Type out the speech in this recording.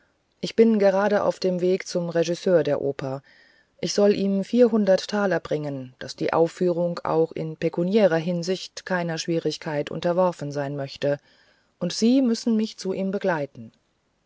ich bin gerade auf dem weg zum regisseur der oper ich soll ihm vierhundert taler bringen daß die aufführung auch in pekuniärer hinsicht keiner schwierigkeit unterworfen sein möchte und sie müssen mich zu ihm begleiten